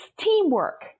teamwork